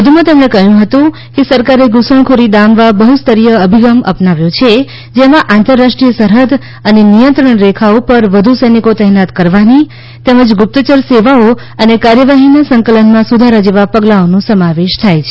વધુમાં તેમણે કહ્યું હતું કે સરકારે ધુષણખોરી ડામવા બહુ સ્તરીય અભિગમ અપનાવ્યો છે જેમાં આંતરરાષ્ટ્રીય સરહદ અને નિયંત્રણ રેખા ઉપર વધુ સૈનિકો તૈનાત કરવાની તેમજ ગુપ્તચર સેવાઓ અને કાર્યવાહીના સંકલનમાં સુધારા જેવા પગલાંઓનો સમાવેશ થાય છે